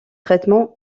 traitement